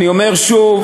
אני אומר שוב,